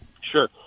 Sure